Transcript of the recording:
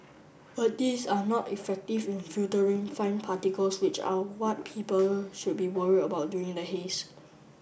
but these are not effective in filtering fine particles which are what people should be worried about during the haze